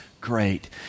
great